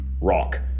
rock